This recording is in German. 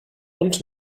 und